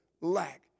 lack